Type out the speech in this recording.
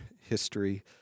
history